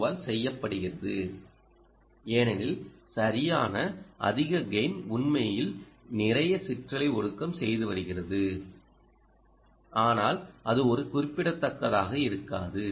ஓவால் செய்யப்படுகிறது ஏனெனில் சரியான அதிக கெய்ன் உண்மையில் நிறைய சிற்றலை ஒடுக்கம் செய்து வருகிறது ஆனால் அது குறிப்பிடத்தக்கதாக இருக்காது